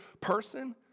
person